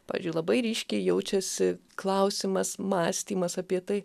pavyzdžiui labai ryškiai jaučiasi klausimas mąstymas apie tai